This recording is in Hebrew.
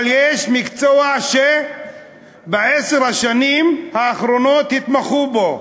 אבל יש מקצוע שבעשר השנים האחרונות התמחו בו,